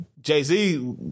Jay-Z